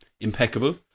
impeccable